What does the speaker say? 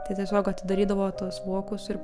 tai tiesiog atidarydavo tuos vokus ir